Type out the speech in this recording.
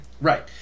Right